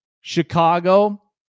Chicago